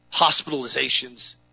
hospitalizations